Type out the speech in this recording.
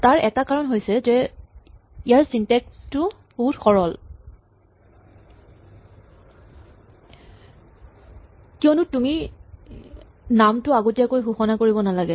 তাৰ এটা কাৰণ হৈছে যে ইয়াৰ চিনটেক্স টো বহুত সৰল কিয়নো তুমি নামটো আগতীয়াকৈ ঘোষণা কৰি দিব নালাগে